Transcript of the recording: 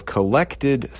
Collected